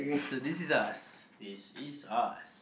so this is us this is us